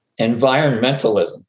Environmentalism